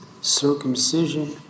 circumcision